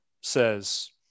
says